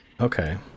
okay